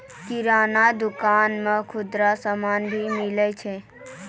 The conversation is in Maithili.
किराना दुकान मे खुदरा समान भी मिलै छै